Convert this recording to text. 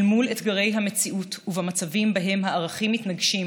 אל מול אתגרי המציאות ובמצבים שבהם הערכים מתנגשים,